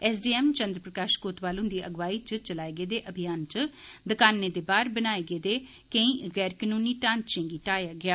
SDM Chandra Prakash Kotwal हुंदी अगुआई च चलाए गेदे अभियान च दुकानें दे बाहर बनाए गेदे केंई गैर कानूनी ढ़ांचें गी हटाया गेआ